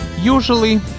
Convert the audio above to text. Usually